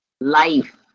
life